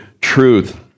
truth